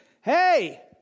hey